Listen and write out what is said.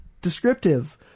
descriptive